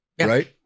right